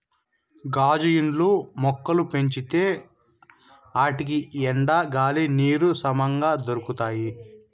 గాజు ఇండ్లల్ల మొక్కలు పెంచితే ఆటికి ఎండ, గాలి, నీరు సమంగా దొరకతాయి